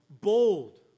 Bold